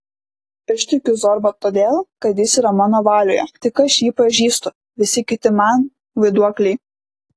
aš tikiu zorba todėl kad jis yra mano valioje tik jį aš pažįstu visi kiti man vaiduokliai